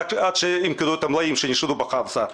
רק עד שימכרו את המלאים שנשארו בחרסה.